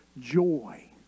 joy